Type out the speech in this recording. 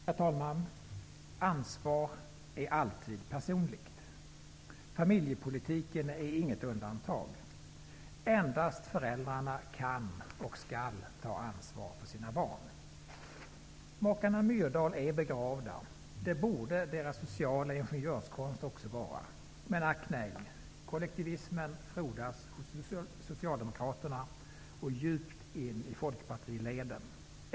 Herr talman! Ansvar är alltid något personligt. Familjepolitiken är inget undantag. Endast föräldrarna kan och skall ta ansvar för sina barn. Makarna Myrdal är begravda. Det borde också deras sociala ingenjörskonst vara. Men ack nej. Kollektivismen frodas hos Socialdemokraterna och djupt in i folkpartileden.